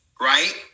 right